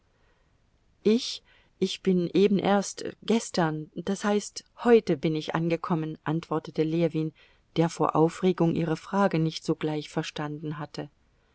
ich ich bin eben erst gestern das heißt heute bin ich angekommen antwortete ljewin der vor aufregung ihre frage nicht sogleich verstanden hatte